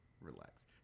Relax